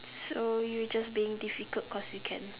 so you just being difficult cause you can